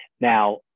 Now